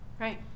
Right